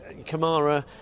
Kamara